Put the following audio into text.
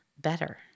better